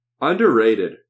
Underrated